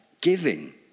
giving